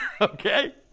Okay